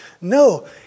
no